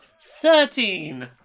Thirteen